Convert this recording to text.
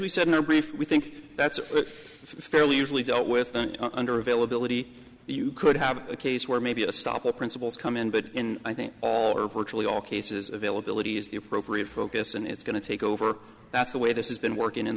we said in our brief we think that's fairly easily dealt with under availability you could have a case where maybe a stop or principles come in but i think or virtually all cases availability is the appropriate focus and it's going to take over that's the way this has been working in